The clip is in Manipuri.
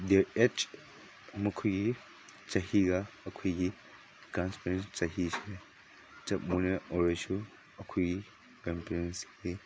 ꯗꯤꯌꯔ ꯑꯦꯖ ꯃꯈꯣꯏꯒꯤ ꯆꯍꯤꯒ ꯑꯩꯈꯣꯏꯒꯤ ꯒ꯭ꯔꯥꯟꯄꯦꯔꯦꯟ ꯆꯍꯤꯁꯤ ꯃꯣꯏꯅ ꯑꯣꯏꯔꯁꯨ ꯑꯩꯈꯣꯏꯒꯤ ꯒ꯭ꯔꯥꯟꯄꯦꯔꯦꯟꯁꯀꯤ